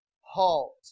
halt